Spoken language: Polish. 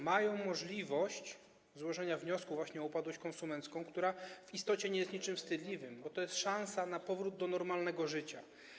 Mają możliwość złożenia wniosku właśnie o upadłość konsumencką, która w istocie nie jest niczym wstydliwym, bo to jest szansa na powrót do normalnego życia.